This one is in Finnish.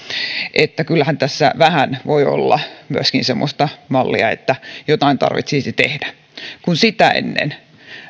että kyllähän tässä vähän voi olla myöskin semmoista mallia että jotain tarvitsisi tehdä sitä ennen